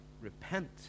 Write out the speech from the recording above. repent